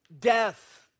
death